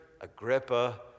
Agrippa